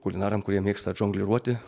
kulinaram kurie mėgsta atžongliruoti